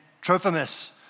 Trophimus